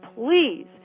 please